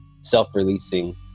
self-releasing